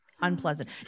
Unpleasant